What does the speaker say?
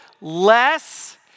less